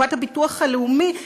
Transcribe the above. קופת הביטוח הלאומי,